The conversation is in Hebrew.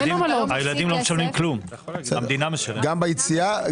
גם ביציאה?